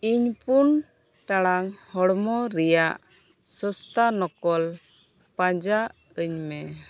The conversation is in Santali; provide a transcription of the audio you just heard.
ᱤᱧ ᱯᱩᱱ ᱴᱟᱲᱟᱝ ᱦᱚᱲᱢᱚ ᱨᱮᱭᱟᱜ ᱥᱚᱥᱛᱟ ᱱᱚᱠᱚᱞ ᱯᱟᱸᱡᱟᱣ ᱟᱹᱧᱢᱮ